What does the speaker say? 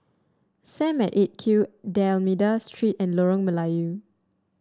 Sam at Eight Q D'Almeida Street and Lorong Melayu